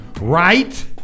right